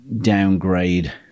downgrade